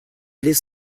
aller